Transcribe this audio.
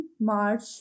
March